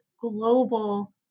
global